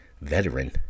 veteran